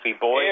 boy